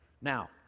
Now